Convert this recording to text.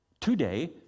today